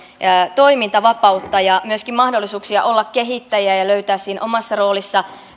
toimintavapautta ja myöskin mahdollisuuksia olla kehittäjiä ja ja löytää siinä omassa roolissa